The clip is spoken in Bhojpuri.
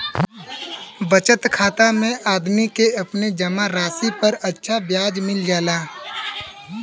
बचत खाता में आदमी के अपने जमा राशि पर अच्छा ब्याज मिल जाला